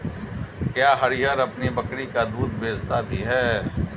क्या हरिहर अपनी बकरी का दूध बेचता भी है?